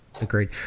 Agreed